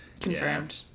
confirmed